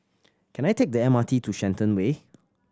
can I take the M R T to Shenton Way